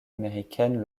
américaine